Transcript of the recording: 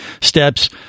steps